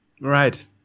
Right